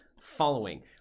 following